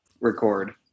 record